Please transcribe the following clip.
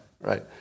right